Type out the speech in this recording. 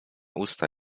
usta